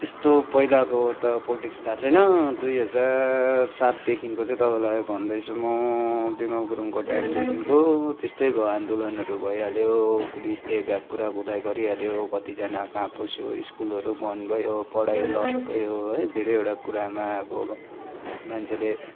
त्यस्तो पहिलाको त पोलिटिक्स थाहा छैन दुई हजार सातदेखिन्को चाहिँ तपाईँलाई भन्दैछु म बिमल गुरुङको टाइमदेखिन्को त्यस्तै भयो आन्दोलनहरू भइहाल्यो पुलिसले भ्याकुरा कुदाइ गरिहाल्यो कतिजना कहाँ पस्यो स्कुलहरू बन्द भयो पढाइ लस्ट भयो है धेरैवटा कुरामा अब मान्छेले